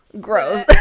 Gross